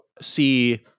see